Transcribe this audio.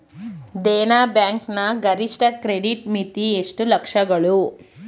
Dena bank ನ ಗರಿಷ್ಠ credit ಮಿತಿ ಎಷ್ಟು ಲಕ್ಷಗಳು?